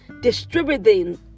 Distributing